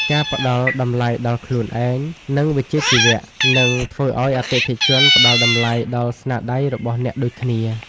ការផ្ដល់តម្លៃដល់ខ្លួនឯង និងវិជ្ជាជីវៈ នឹងធ្វើឱ្យអតិថិជនផ្ដល់តម្លៃដល់ស្នាដៃរបស់អ្នកដូចគ្នា។